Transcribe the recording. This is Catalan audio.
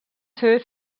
ser